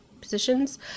positions